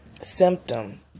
symptom